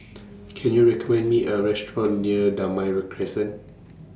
Can YOU recommend Me A Restaurant near Damai Ray Crescent